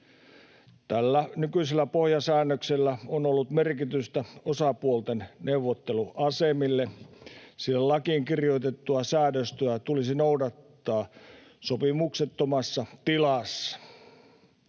Tällä nykyisellä pohjasäännöksellä on ollut merkitystä osapuolten neuvotteluasemille, sillä lakiin kirjoitettua säädöstöä tulisi noudattaa sopimuksettomassa tilassa.